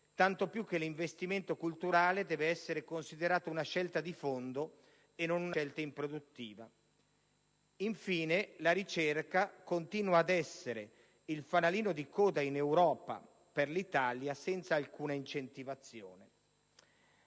tanto più che l'investimento culturale deve essere considerato una scelta di fondo e non una scelta improduttiva. Infine, la ricerca continua ad essere il fanalino di coda in Europa per l'Italia senza alcuna incentivazione.